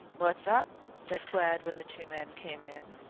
wot's up? said glad when the two men came in.